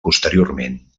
posteriorment